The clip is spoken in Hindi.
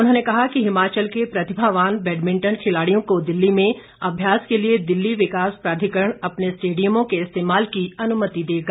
उन्होंने कहा कि हिमाचल के प्रतिभावान बैडमिंटन खिलाड़ियों को दिल्ली में अभ्यास के लिए दिल्ली विकास प्राधिकरण अपने स्टेडियमों के इस्तेमाल की अनुमति देगा